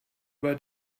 bei